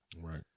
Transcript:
right